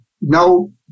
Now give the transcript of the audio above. no